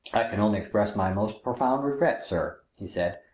i can only express my most profound regret, sir, he said,